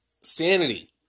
Sanity